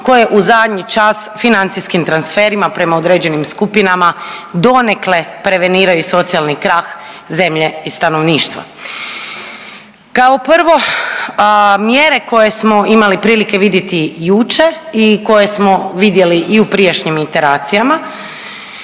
koje u zadnji čas financijskim transferima prema određenim skupinama donekle preveniraju socijalni krah zemlje i stanovništva. Kao prvo, mjere koje smo imali prilike vidjeti juče i koje smo vidjeli i u prijašnjim interacijama